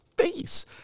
face